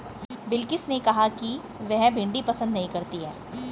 बिलकिश ने कहा कि वह भिंडी पसंद नही करती है